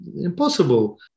impossible